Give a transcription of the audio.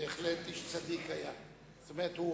בהחלט איש צדיק, היה והווה.